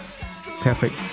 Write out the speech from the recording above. Perfect